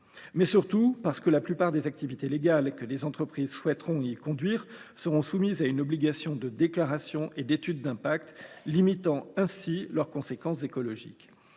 Mais surtout, la plupart des activités légales que les entreprises souhaiteront y conduire seront soumises à une obligation de déclaration et d’étude d’impact, limitant ainsi leurs conséquences écologiques.